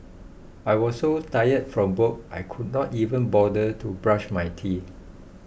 I was so tired from work I could not even bother to brush my teeth